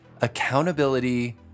accountability